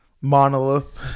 monolith